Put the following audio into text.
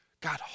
God